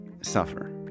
suffer